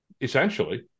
Essentially